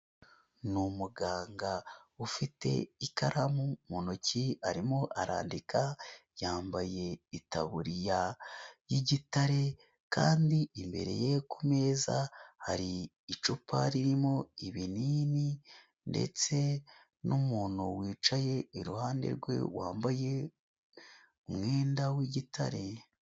Ni umuganga ufite ikaramu mu ntoki arimo arandika yambaye itaburiya y'igitare kandi imbere ye kumeza hari icupa ririmo ibinini ndetse n'umuntu wicaye iruhande rwe wambaye umwenda w'igitare.